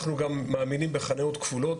אנחנו גם מאמינים בחניות כפולות,